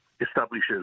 establishes